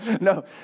no